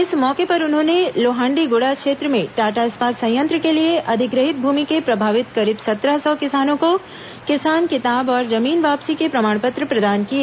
इस मौके पर उन्होंने लोहांडीगुड़ा क्षेत्र में टाटा इस्पात संयंत्र के लिए अधिग्रहित भूमि के प्रभावित करीब संत्रह सौ किसानों को किसान किताब और जमीन वापसी के प्रमाण पत्र प्रदान किए